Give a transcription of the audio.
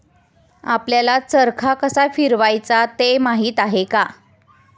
आपल्याला चरखा कसा फिरवायचा ते माहित आहे का?